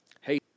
Hey